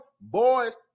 boys